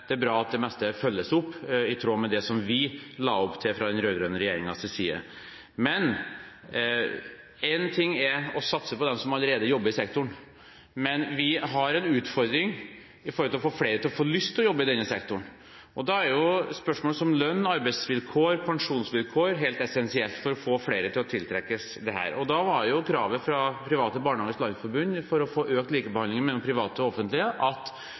det er bra at det meste følges opp – i tråd med det vi la opp til fra den rød-grønne regjeringens side. Én ting er å satse på dem som allerede jobber i sektoren, men vi har en utfordring med å få flere til å få lyst til å jobbe i denne sektoren. Da er spørsmål som lønn, arbeidsvilkår og pensjonsvilkår helt essensielt for å få flere til å bli tiltrukket av dette. Da var kravet fra Private Barnehagers Landsforbund for å få økt likebehandling mellom de private og offentlige at